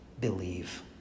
believe